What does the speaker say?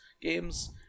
games